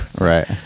right